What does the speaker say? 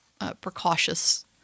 precautious